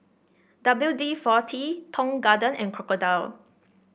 W D forty Tong Garden and Crocodile